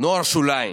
"נוער שוליים".